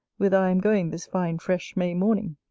whither i am going this fine fresh may morning.